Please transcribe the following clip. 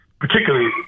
Particularly